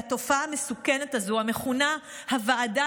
והתופעה המסוכנת הזו המכונה "הוועדה